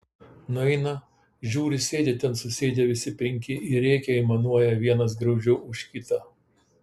nueina žiūri sėdi ten susėdę visi penki ir rėkia aimanuoja vienas graudžiau už kitą